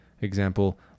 Example